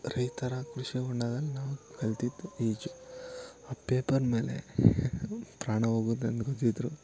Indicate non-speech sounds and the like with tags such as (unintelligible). ರೈತರ ಕೃಷಿ ಹೊಂಡದಲ್ಲಿ ನಾವು ಕಲಿತದ್ದು ಈಜು ಆ ಪೇಪರ್ ಮೇಲೆ ಪ್ರಾಣ ಹೋಗೋದಂಗೆ (unintelligible)